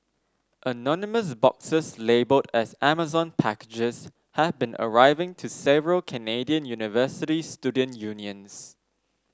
anonymous boxes labelled as Amazon packages have been arriving to several Canadian university student unions